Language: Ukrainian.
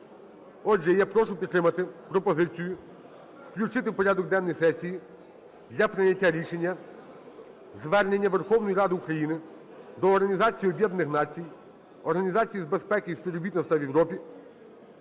Отже, я прошу підтримати пропозицію включити в порядок денний сесії для прийняття рішення звернення Верховної Ради України до Організації Об'єднаних Націй, Організації з безпеки і співробітництва в Європі,